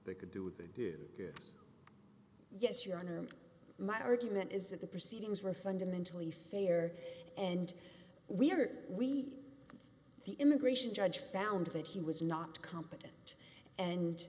they could do what they did yes your honor my argument is that the proceedings were fundamentally fair and we heard we the immigration judge found that he was not competent and